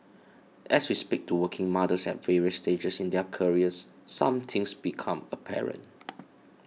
as we speak to working mothers at various stages in their careers some things become apparent